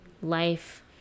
life